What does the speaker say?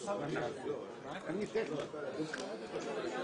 בשעה 11:00.